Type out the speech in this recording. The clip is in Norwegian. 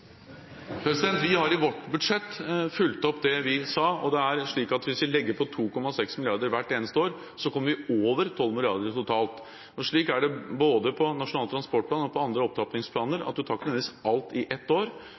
Vi har i vårt budsjett fulgt opp det vi sa. Det er slik at hvis vi legger på 2,6 mrd. kr hvert eneste år, så kommer vi over 12 mrd. kr totalt. Slik er det, både for Nasjonal transportplan og andre opptrappingsplaner, at du ikke nødvendigvis tar alt i ett år.